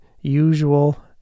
usual